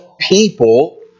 people